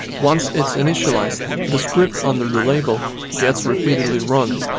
once it's initialized the script under the lable gets repeatedly run.